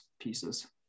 pieces